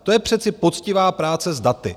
To je přece poctivá práce s daty.